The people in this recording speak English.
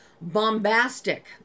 bombastic